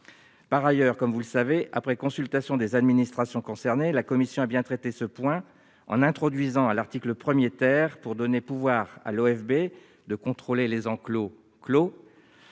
Par ailleurs, comme vous le savez, après consultation des administrations concernées, la commission a bien traité ce point en introduisant dans le texte l'article 1 , qui donne pouvoir à l'OFB de contrôler les enclos clos-